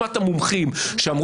מוחלט